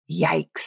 Yikes